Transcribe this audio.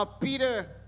Peter